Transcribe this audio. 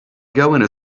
going